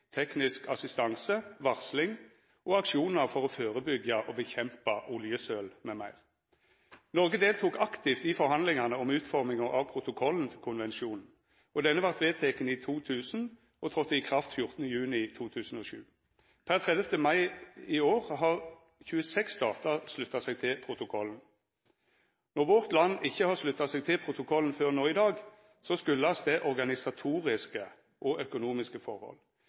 teknisk assistanse, varsling og aksjonar for å førebyggja og fjerna oljesøl m.m. Noreg deltok aktivt i forhandlingane om utforminga av protokollen til konvensjonen, som vart vedteken i 2000 og sett i kraft 14. juni 2007. Per 30. mai i år har 26 statar slutta seg til protokollen. Når vårt land ikkje har slutta seg til protokollen før no i dag, har det si årsak i organisatoriske og økonomiske forhold.